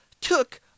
took